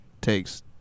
takes